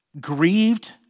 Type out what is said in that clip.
grieved